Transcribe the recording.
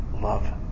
love